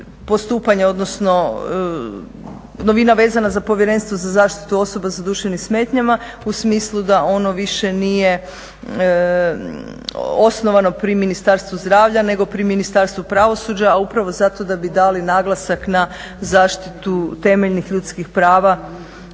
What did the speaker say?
postupanja, odnosno novina vezana za Povjerenstvo za zaštitu osoba sa duševnim smetnjama u smislu da ono više nije osnovano pri Ministarstvu zdravlja, nego pri Ministarstvu pravosuđa, a upravo zato da bi dali naglasak na zaštitu temeljnih ljudskih prava